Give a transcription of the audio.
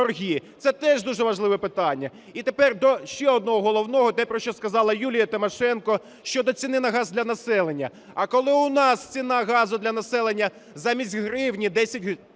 Це теж дуже важливе питання. І тепер ще одного головного, те, про що сказала Юлія Тимошенко, – щодо ціни на газ для населення. А коли у нас ціна газу для населення замість гривні 10 гривень